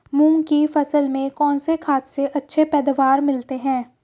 मूंग की फसल में कौनसी खाद से अच्छी पैदावार मिलती है?